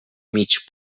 mig